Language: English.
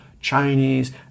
Chinese